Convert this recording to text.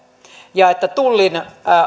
ja tullin